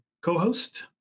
co-host